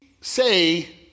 say